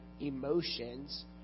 emotions